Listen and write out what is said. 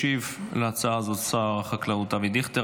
ישיב על ההצעה הזאת שר החקלאות אבי דיכטר,